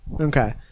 okay